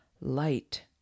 light